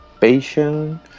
Patience